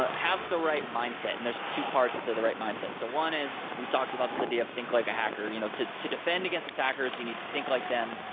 ah have the right mindset, and there's two parts to the right mindset. so one is we've talked about this idea of think like a hacker. you know to to defend against attackers, you need to think like them.